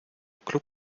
club